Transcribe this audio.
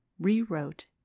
rewrote